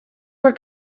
were